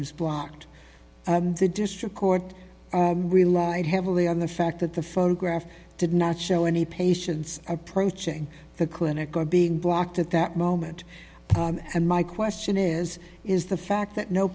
is blocked the district court relied heavily on the fact that the photograph did not show any patients approaching the clinic or being blocked at that moment and my question is is the fact that no